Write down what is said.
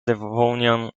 devonian